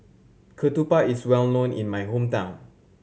Ketupat is well known in my hometown